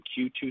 Q2